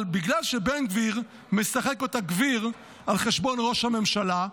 אבל בגלל שבן גביר משחק אותה גביר על חשבון ראש הממשלה,